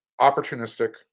opportunistic